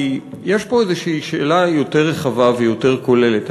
כי יש פה שאלה יותר רחבה ויותר כוללת.